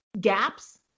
gaps